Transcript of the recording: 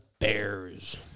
Bears